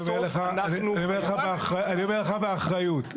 אני אומר לך באחריות,